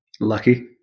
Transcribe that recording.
Lucky